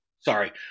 Sorry